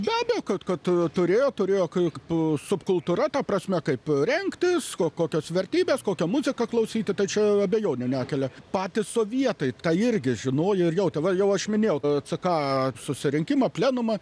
be abejo kad kad turėjo turėjo kaip subkultūra ta prasme kaip rengtis ko kokios vertybės kokią muziką klausyti tai čia abejonių nekelia patys sovietai tą irgi žinojo ir jautė va jau aš minėjau tą ck susirinkimą plenumą